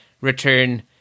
return